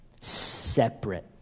separate